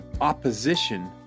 opposition